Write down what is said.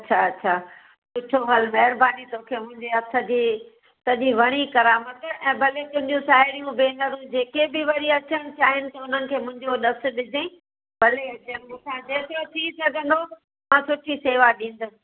अच्छा अच्छा सुठो हल महिरबानी तोखे मुंहिंजे हथ जी सॼी वणी करामत ऐं भले तुंहिंजी साहेड़ियूं भेनरु जेके बि वरी अचणु चाहीनि त उन्हनि खे मुंहिंजो ॾसु ॾिजांइ भले अचनि मूंसां जेतिरो थी सघंदो मां सुठी सेवा ॾींदसि